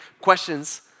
Questions